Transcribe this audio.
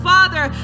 Father